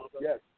Yes